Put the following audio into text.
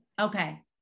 Okay